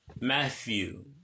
Matthew